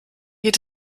geht